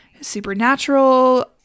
Supernatural